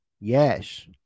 Yes